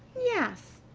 yes,